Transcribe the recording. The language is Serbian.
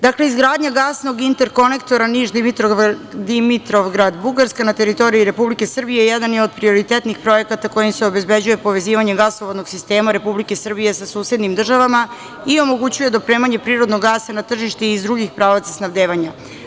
Dakle, izgradnja gasnog interkonektora Niš-Dimitrovgrad-Bugarska na teritoriji Republike Srbije jedan je od prioritetnih projekata kojim se obezbeđuje povezivanje gasovodnog sistema Republike Srbije sa susednim državama i omogućuje dopremanje prirodnog gasa na tržište i iz drugih pravaca snabdevanja.